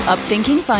Upthinking